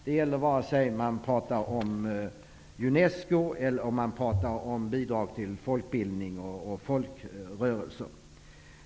Det gäller vare sig man talar om Unesco eller om bidrag till folkbildning och folkrörelser.